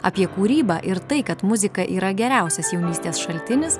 apie kūrybą ir tai kad muzika yra geriausias jaunystės šaltinis